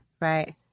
Right